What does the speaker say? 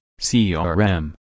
CRM